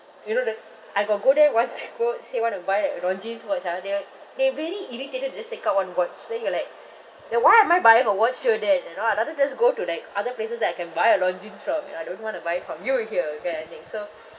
you know the I got go there once go say want to buy like Longines watch ah they're they very irritated to just take out one watch then you're like then why am I buying a watch here then you know I rather just go to like other places that I can buy a Longines from you know I don't want to buy it from you here that kind of thing so